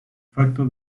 facto